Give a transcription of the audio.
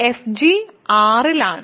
fg R ലാണ്